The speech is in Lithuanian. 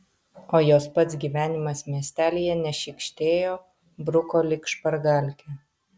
o jos pats gyvenimas miestelyje nešykštėjo bruko lyg špargalkę